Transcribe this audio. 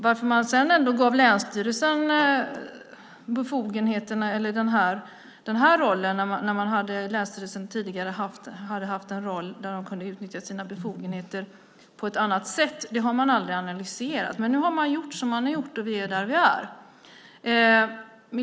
Varför man gav länsstyrelsen den här rollen när länsstyrelsen tidigare hade haft en roll där den hade kunnat utnyttja sina befogenheter på ett annat sätt har man aldrig analyserat. Nu har man gjort som man har gjort, och vi är där vi är.